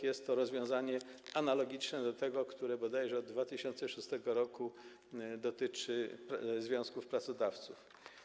Jest to rozwiązanie analogiczne do tego, które bodajże od 2006 r. dotyczy związków pracodawców.